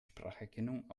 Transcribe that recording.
spracherkennung